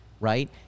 right